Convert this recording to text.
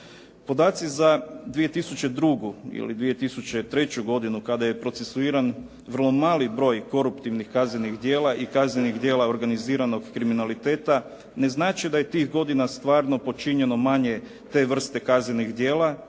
Podaci za 2002. ili 2003. godinu kada je procesuiran vrlo mali broj koruptivnih kaznenih djela i kaznenih djela organiziranog kriminaliteta, ne znači da je tih godina stvarno počinjeno manje te vrste kaznenih djela.